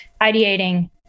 ideating